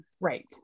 Right